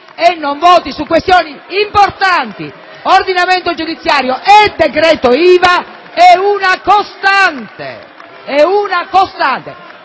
e non voti su questioni importanti come ordinamento giudiziario e decreto IVA è una costante!